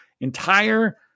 entire